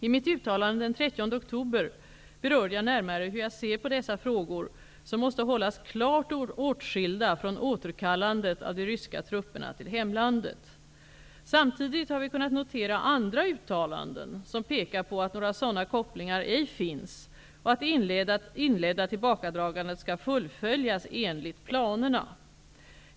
I mitt uttalande den 30 oktober berörde jag närmare hur jag ser på dessa frågor, som måste hållas klart åtskilda från återkallandet av de ryska trupperna till hemlandet. Samtidigt har vi kunnat notera andra uttalanden som pekar på att några sådana kopplingar ej finns och att det inledda tillbakadragandet skall fullföljas enligt planerna.